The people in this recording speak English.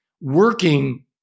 working